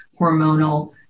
hormonal